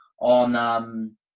on